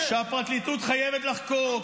צווחו כאן תחת כל עץ רענן שהפרקליטות חייבת לחקור.